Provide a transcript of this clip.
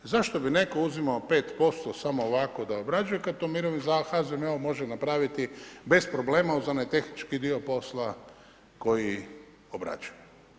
Zašto bi netko uzimao 5% samo ovako da obrađuje, kad to HZMO može napraviti bez problema uz onaj tehnički dio posla koji obrađuje.